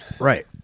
Right